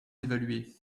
d’évaluer